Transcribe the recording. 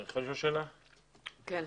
בבקשה.